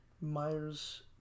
Myers